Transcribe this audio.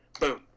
Boom